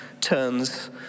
turns